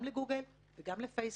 גם לגוגל וגם לפייסבוק,